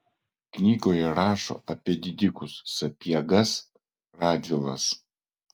knygoje rašo apie didikus sapiegas radvilas